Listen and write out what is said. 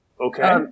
Okay